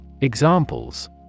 Examples